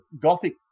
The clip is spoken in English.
Gothic